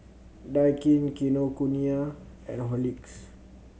Daikin Kinokuniya and Horlicks